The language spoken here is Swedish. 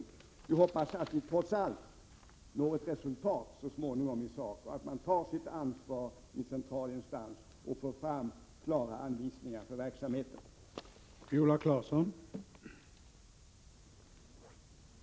Vi får hoppas att vi trots allt så småningom når ett resultat i sak och att man tar sitt ansvar i central instans, så att klara anvisningar för verksamheten kan tas fram.